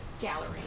gallery